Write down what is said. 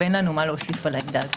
ואין לנו מה להוסיף על העמדה הזו.